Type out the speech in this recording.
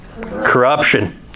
Corruption